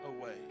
away